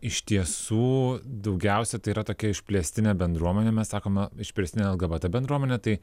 iš tiesų daugiausiai tai yra tokia išplėstinė bendruomenė mes sakome išplėstinė lgbt bendruomenė tai